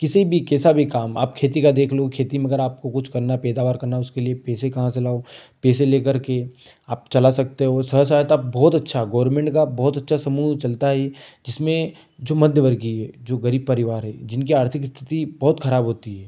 किसी भी कैसा भी काम आप खेती का देख लो खेती में अगर आपको कुछ करना पैदावार करना उसके लिए पैसे कहाँ से लाओ पैसे लेकर के आप चला सकते हो स्वसहायता बहुत अच्छा गोरमेंट का बहुत अच्छा समूह चलता हे जिसमें जो मध्यवर्गीय है जो गरीब परिवार है जिनके आर्थिक स्थिति बहुत खराब होती है